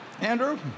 Andrew